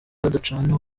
badacana